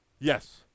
Yes